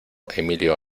emilio